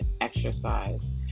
exercise